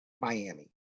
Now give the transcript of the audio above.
Miami